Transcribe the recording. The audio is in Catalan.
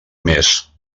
més